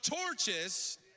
torches